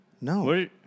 No